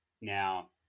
Now